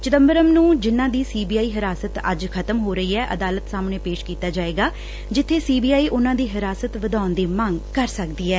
ਚਿਦੰਬਰਮ ਨੂੰ ਜਿੰਨੂਾ ਦੀ ਸੀ ਬੀ ਆਈ ਹਿਰਾਸਤ ਅੱਜ ਖ਼ਤਮ ਹੋ ਰਹੀ ਐ ਅਦਾਲਤ ਸਾਹਮਣੇ ਪੇਸ਼ ਕੀਤਾ ਜਾਏਗਾ ਜਿੱਬੇ ਸੀ ਬੀ ਆਈ ਉਨਾਂ ਦੀ ਹਿਰਾਸਤ ਵਧਾਉਣ ਦੀ ਮੰਗ ਕਰ ਸਕਦੀ ਐ